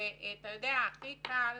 הכי קל